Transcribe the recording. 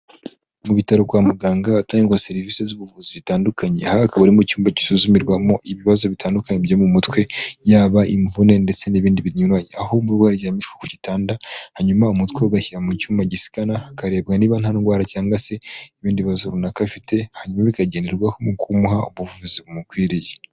Mu bitaro kwa muganga hatangirwa serivisi z'ubuvuzi zitandukanye, aha hakaba ari mu cyumba gisuzumirwamo ibibazo bitandukanye byo mu mutwe; yaba imvune ndetse n'ibindi binyuranye, aho umurwayi aryamishwa ku gitanda, hanyuma umutwe ugashyira mu cyuyuma gisikana hakarebwa niba nta ndwara cyangwa se ibindi bibazo runaka afite, hanyuma bikagenderwaho mu kumuha ubuvuzi bumukwiriye.